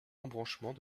embranchement